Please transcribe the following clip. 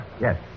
Yes